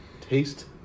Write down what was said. taste